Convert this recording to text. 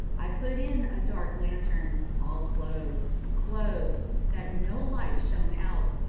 i put in a dark lantern, all closed, closed, that no light shone out,